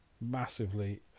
Massively